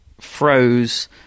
froze